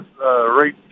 right